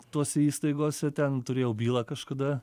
tose įstaigose ten turėjau bylą kažkada